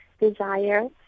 desire